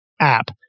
app